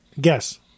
guess